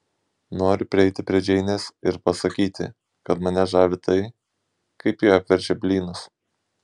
noriu prieiti prie džeinės ir pasakyti kad mane žavi tai kaip ji apverčia blynus